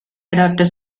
adapted